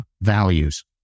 values